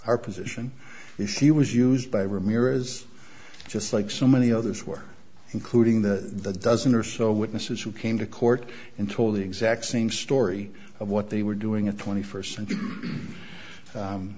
our position is she was used by ramirez just like so many others were including the dozen or so witnesses who came to court and told the exact same story of what they were doing a twenty first century u